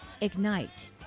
ignite